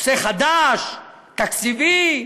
נושא חדש, תקציבי,